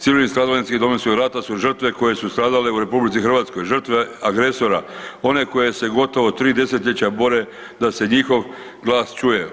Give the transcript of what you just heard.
Civilni stradalnici Domovinskog rata su žrtve koje su stradale u RH, žrtve agresora, one koje se gotovo 3 desetljeća bore da se njihov glas čuje.